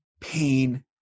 pain